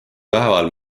päeval